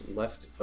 left